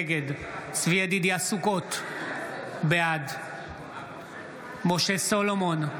נגד צבי ידידיה סוכות, בעד משה סולומון,